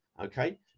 okay